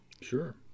Sure